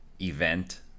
event